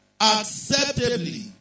acceptably